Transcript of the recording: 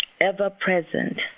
ever-present